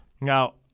now